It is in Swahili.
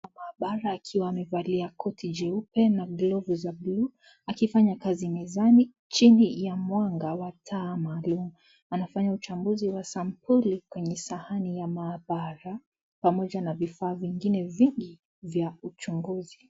Maabara akiwa amevalia koti jeupe na glavu za bluu akifanya kazi mezani chini ya mwanga wa taa maalum anafanya uchambuzi wa sampuli kwenye sahani ya mahabara pamoja na vifaa vingine vingi vya uchunguzi.